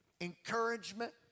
encouragement